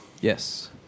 Yes